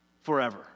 forever